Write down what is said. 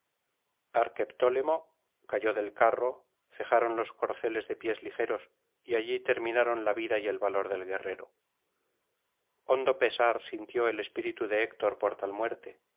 pelea arqueptólemo cayó del carro cejaron los corceles de pies ligeros y allí terminaron la vida y el valor del guerrero hondo pesar sintió el espíritu de héctor por tal muerte